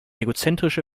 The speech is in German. egozentrische